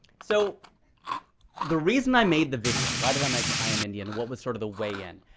so the reason i made the video why did i make i am indian? what was sort of the way in?